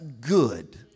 good